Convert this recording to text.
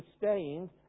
sustained